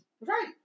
Right